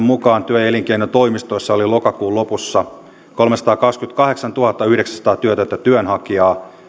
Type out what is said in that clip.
mukaan työ ja elinkeinotoimistoissa oli lokakuun lopussa kolmesataakaksikymmentäkahdeksantuhattayhdeksänsataa työtöntä työnhakijaa